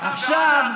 עכשיו,